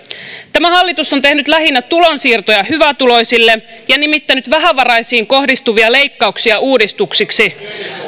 tämä hallitus on lähinnä tehnyt tulonsiirtoja hyvätuloisille ja nimittänyt vähävaraisiin kohdistuvia leikkauksia uudistuksiksi